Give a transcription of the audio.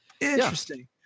interesting